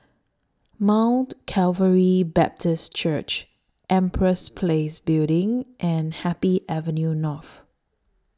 Mount Calvary Baptist Church Empress Place Building and Happy Avenue North